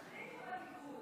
תחליטו בליכוד.